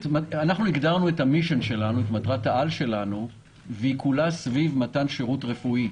הגדרנו את מטרת העל שלנו והיא כולה סביב מתן שירות רפואי.